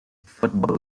football